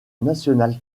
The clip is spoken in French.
national